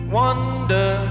wonder